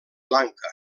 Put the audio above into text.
lanka